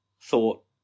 thought